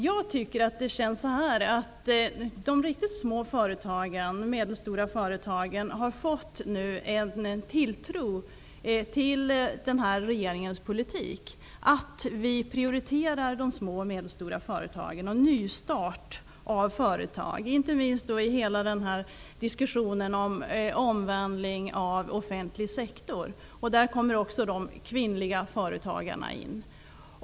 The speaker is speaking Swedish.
Jag tycker att det känns som om de riktigt små och medelstora företagen nu har fått en tilltro till den här regeringens politik, till att vi prioriterar de små och medelstora företagen och nystart av företag. Det gäller inte minst i hela diskussionen om omvandling av den offentliga sektorn. Där kommer också de kvinnliga företagarna in.